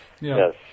yes